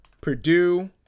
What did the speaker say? Purdue